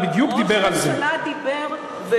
אבל, חבר הכנסת אקוניס, לא על זה דיבר ראש הממשלה.